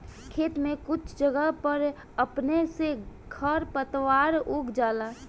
खेत में कुछ जगह पर अपने से खर पातवार उग जाला